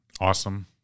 Awesome